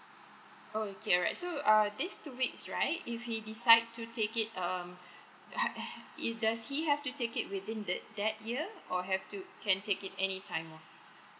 oh okay alright so err this two weeks right if he decide to take it um h~ h~ it does he have to take it within the that year or have to can take it any time